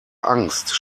angst